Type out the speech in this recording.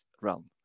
realm